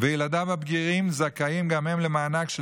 וילדיו הבגירים זכאים גם הם למענק של